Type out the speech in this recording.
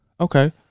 Okay